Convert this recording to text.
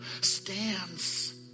stands